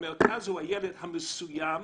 המרכז הוא הילד המסוים.